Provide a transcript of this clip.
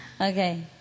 Okay